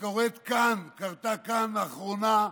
שקורית כאן, שקרתה כאן לאחרונה: